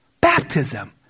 Baptism